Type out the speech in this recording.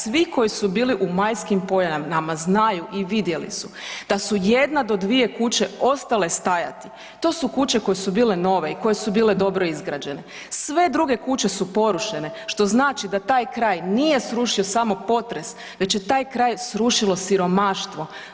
Svi koji su bili u Majskim Poljanama znaju i vidjeli da su jedna do dvije kuće ostale stajati, to su kuće koje su bile nove i koje su bile dobro izgrađene, sve druge kuće su porušene što znači da taj kraj nije srušio samo potres, već je taj kraj srušilo siromaštvo.